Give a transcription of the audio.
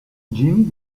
jimmy